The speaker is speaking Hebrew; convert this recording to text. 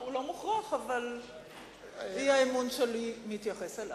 הוא לא מוכרח, אבל האי-אמון שלי מתייחס אליו.